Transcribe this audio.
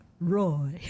roy